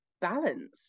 balance